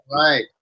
right